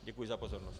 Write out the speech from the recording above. Děkuji za pozornost.